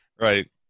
Right